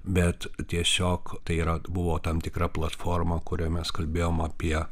bet tiesiog tai yra buvo tam tikra platforma kurioj mes kalbėjom apie